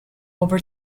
over